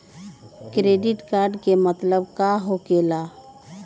Credit card के मतलब का होकेला?